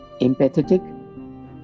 Empathetic